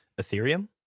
Ethereum